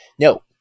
No